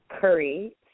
Curry